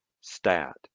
stat